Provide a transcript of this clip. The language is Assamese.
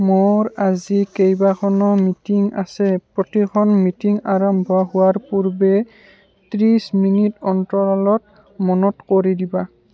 মোৰ আজি কেইবাখনো মিটিং আছে প্ৰতিখন মিটিং আৰম্ভ হোৱাৰ পূৰ্বে ত্ৰিছ মিনিট অন্তৰালত মনত কৰি দিবা